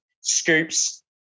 Scoops